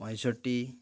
ପଞ୍ଚଷଠି